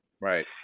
Right